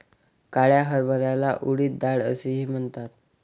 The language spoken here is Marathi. काळ्या हरभऱ्याला उडीद डाळ असेही म्हणतात